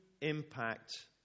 impact